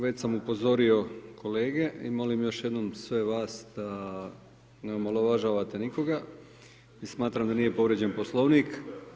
Već sam upozorio kolege i molim još jednom sve vas da ne omalovažavate nikoga i smatram da nije povrijeđen Poslovnik.